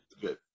good